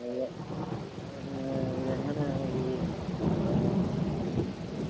നീയ് ഇത് എങ്ങനെയാണ് ഈ ഇത്